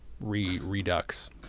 redux